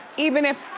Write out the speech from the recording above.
even if